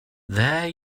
there